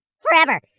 forever